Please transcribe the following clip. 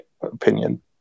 opinion